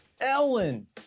Ellen